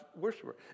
worshiper